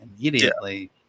immediately